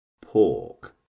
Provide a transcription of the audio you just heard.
Pork